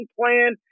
plan